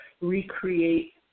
recreate